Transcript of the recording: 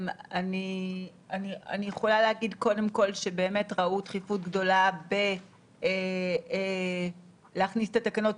באמת ראו דחיפות גדולה לקדם את התקנות.